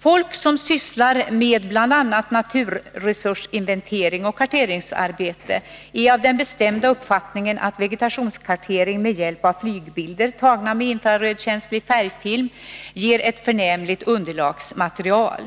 Folk som sysslar med bl.a. naturresursinventeringar och karteringsarbete är av den bestämda uppfattningen att vegetationskartering med hjälp av flygbilder tagna med infrarödkänslig färgfilm ger ett förnämligt underlagsmaterial.